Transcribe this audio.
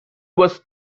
was